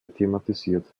thematisiert